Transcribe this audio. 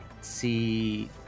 see